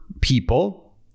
people